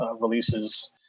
releases